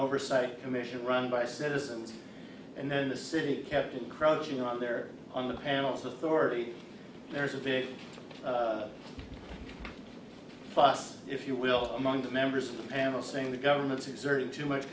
oversight commission run by citizens and then the city kept encroaching on their on the panels authority there's a big fuss if you will for among the members of the panel saying the government is exerting too much